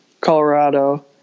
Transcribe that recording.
colorado